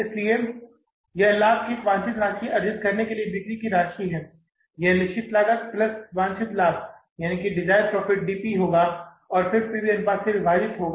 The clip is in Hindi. इसलिए यह लाभ की एक वांछित राशि अर्जित करने के लिए बिक्री की राशि है यह निश्चित लागत प्लस वांछित लाभ डीपी होगा और फिर से पी वी अनुपात से विभाजित होगा